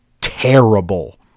terrible